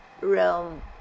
realm